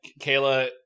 Kayla